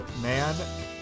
Man